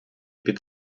під